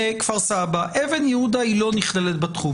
לאחר שהוגש תסקיר קהילתי והנאשם הודה בביצוע העבירות שבכתב